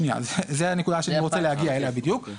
שנייה, זאת הנקודה שאני רוצה להגיע אליה בדיוק.